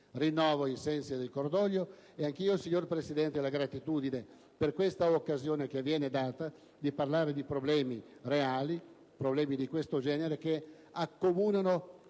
Rinnovo i sensi del cordoglio e anch'io, signor Presidente, la gratitudine per questa occasione che viene data di parlare di problemi reali, problemi di questo genere che accomunano